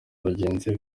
bagenzi